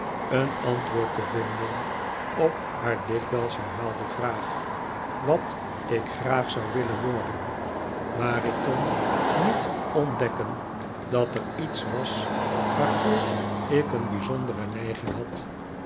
een antwoord te vinden op haar dikwijls herhaalde vraag wat ik graag zou willen worden maar ik kdn niet ontdekken dat er iets was waarvoor ik een bijzondere neiging had